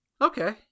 Okay